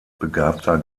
begabter